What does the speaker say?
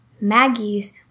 Maggie's